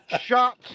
Shut